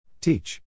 Teach